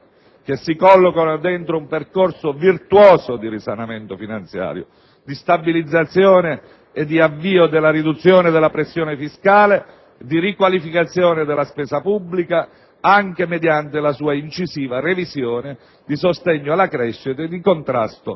che si collocano dentro un percorso virtuoso di risanamento finanziario, di stabilizzazione ed avvio della riduzione della pressione fiscale, di riqualificazione della spesa pubblica anche mediante la sua incisiva revisione, di sostegno alla crescita e di contrasto